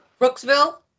Brooksville